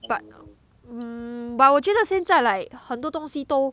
but mm but 我觉得现在 like 很多东西都